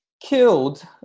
killed